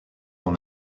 dans